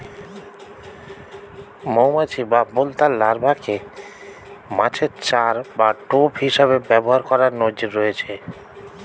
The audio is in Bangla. মৌমাছি বা বোলতার লার্ভাকে মাছের চার বা টোপ হিসেবে ব্যবহার করার নজির রয়েছে